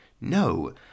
No